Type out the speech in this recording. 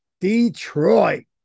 Detroit